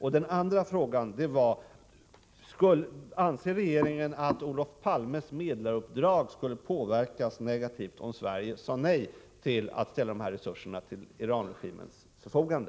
Anser regeringen att Olof Palmes medlaruppdrag skulle påverkas negativt, om Sverige sade nej till att ställa de här resurserna till Iranregimens förfogande?